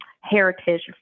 heritage